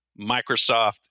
Microsoft